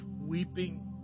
weeping